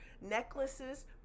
necklaces